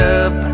up